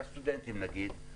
לסטודנטים נגיד,